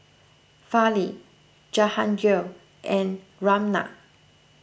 Fali Jahangir and Ramnath